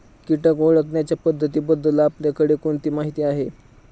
कीटक ओळखण्याच्या पद्धतींबद्दल आपल्याकडे कोणती माहिती आहे?